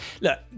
look